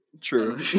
True